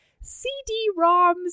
CD-ROMs